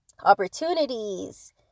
opportunities